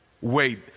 wait